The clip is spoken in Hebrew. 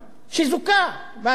והוא זוכה בהתחלה.